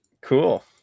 cool